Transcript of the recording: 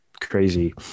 crazy